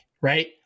right